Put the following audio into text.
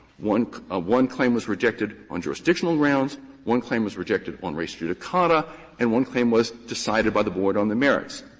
one ah one claim was rejected on jurisdictional grounds one claim was rejected on res judicata and one claim was decided by the board on the merits.